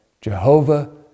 Jehovah